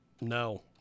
no